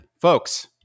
folks